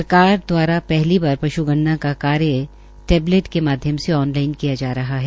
सरकार दवारा पहली बार पश् गणना का कार्य टैबलेट के माध्यम से ऑनलाईन किया जा रहा है